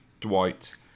Dwight